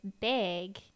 Big